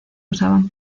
usaban